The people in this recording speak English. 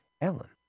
Ellen